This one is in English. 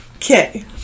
Okay